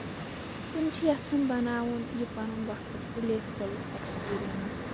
تِم چھِ یَژھان بَناوُن یہِ پَنُن وقت پٔلے فُل ایٚکٔسپِرینٔس